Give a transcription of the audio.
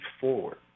forward